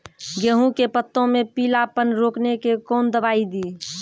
गेहूँ के पत्तों मे पीलापन रोकने के कौन दवाई दी?